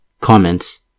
Comments